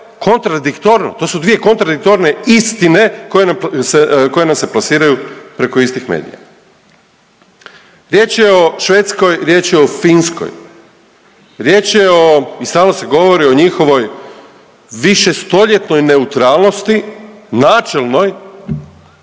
kontradiktorno, to su dvije kontradiktorne istine koje nam se plasiraju preko istih medija. Riječ je o Švedskoj, riječ je o Finskoj. Riječ je o, i stalno se govori o njihovoj višestoljetnoj neutralnosti, načelnoj